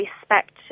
respect